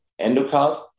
endocard